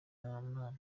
imana